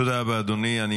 תודה רבה, אדוני.